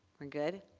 we're good.